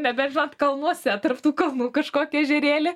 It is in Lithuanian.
nebent žinot kalnuose tarp tų kalnų kažkokį ežerėlį